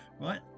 right